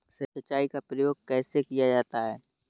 सिंचाई का प्रयोग कैसे किया जाता है?